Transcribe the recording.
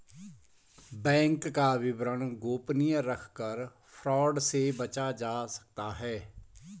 bank का विवरण गोपनीय रखकर फ्रॉड से बचा जा सकता है